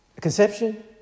conception